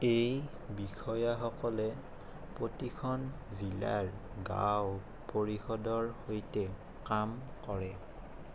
এই বিষয়াসকলে প্ৰতিখন জিলাৰ গাঁও পৰিষদৰ সৈতে কাম কৰে